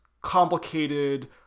complicated